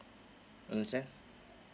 understand